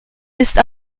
ist